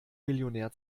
millionär